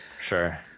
Sure